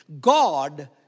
God